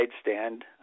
stand